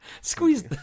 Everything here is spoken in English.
Squeeze